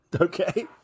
Okay